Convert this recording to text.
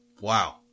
wow